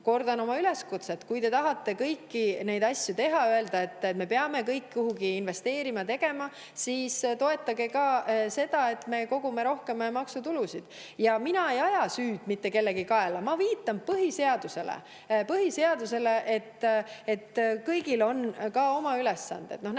kordan oma üleskutset: kui te tahate kõiki neid asju teha ja räägite, kuhu me peame investeerima ja mida tegema, siis toetage ka seda, et me kogume rohkem maksutulu. Ja mina ei aja süüd mitte kellegi kaela. Ma viitan põhiseadusele. Kõigil on omad ülesanded.